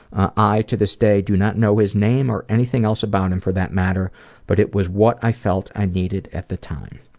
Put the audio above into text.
i, to this day, do not know his name or anything else about him for that matter but it was what i felt i needed at the time.